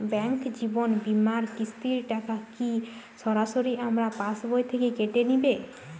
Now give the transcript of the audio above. Bank জীবন বিমার কিস্তির টাকা কি সরাসরি আমার পাশ বই থেকে কেটে নিবে?